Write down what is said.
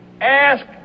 ask